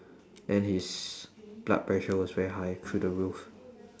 and his blood pressure was very high through the roof